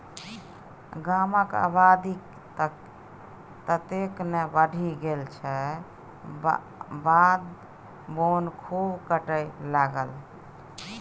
गामक आबादी ततेक ने बढ़ि गेल जे बाध बोन खूब कटय लागल